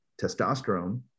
testosterone